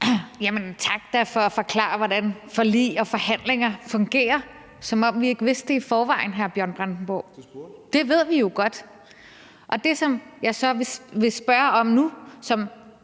Jamen tak for at forklare, hvordan forlig og forhandlinger fungerer – som om vi ikke vidste det i forvejen, hr. Bjørn Brandenborg. Det ved vi jo godt. Det, jeg så vil spørge om nu, og